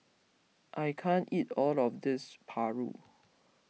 I can't eat all of this Paru